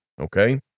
okay